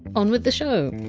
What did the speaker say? on with the show!